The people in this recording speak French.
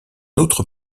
autre